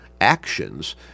actions